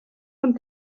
von